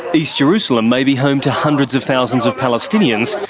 east jerusalem may be home to hundreds of thousands of palestinians,